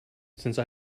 since